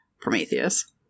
Prometheus